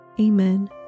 Amen